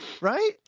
Right